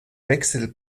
wechsel